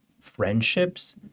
friendships